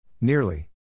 Nearly